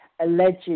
alleged